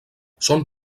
són